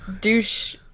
douche